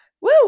woo